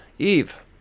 Eve